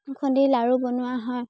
খুন্দি লাড়ু বনোৱা হয়